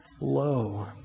low